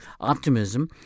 optimism